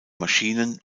maschinen